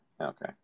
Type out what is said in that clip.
okay